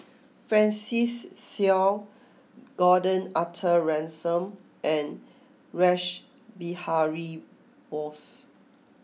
Francis Seow Gordon Arthur Ransome and Rash Behari Bose